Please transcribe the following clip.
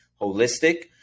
Holistic